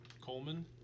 Coleman